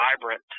vibrant